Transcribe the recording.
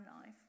life